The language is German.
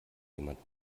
jemand